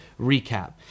recap